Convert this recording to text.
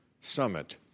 summit